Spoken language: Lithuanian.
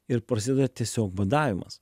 ir prasideda tiesiog badavimas